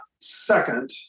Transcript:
second